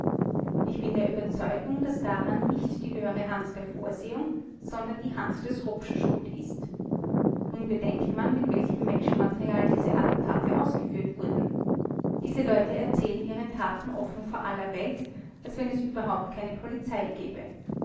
ich bin der überzeugung daß daran nicht die höhere hand der vorsehung sondern die hand des rupsch schuld ist nun bedenke man mit welchem menschenmaterial diese attentate ausgeführt wurden diese leute erzählen ihre taten offen vor aller welt als wenn es überhaupt keine polizei gäbe